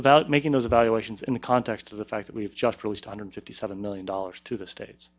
about making those evaluations in the context of the fact that we've just released a hundred fifty seven million dollars to the states